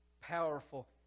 powerful